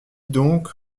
donc